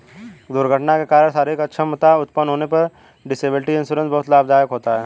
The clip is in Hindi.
दुर्घटना के कारण शारीरिक अक्षमता उत्पन्न होने पर डिसेबिलिटी इंश्योरेंस बहुत लाभदायक होता है